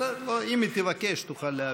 אם היא תבקש, תוכל להעביר.